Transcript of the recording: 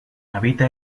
habita